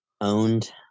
owned